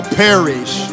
perish